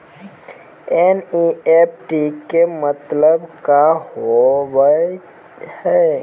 NEFT के मतलब का होव हेय?